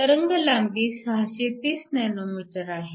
तरंगलांबी 630 nm आहे